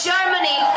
Germany